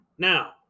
Now